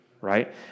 right